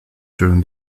during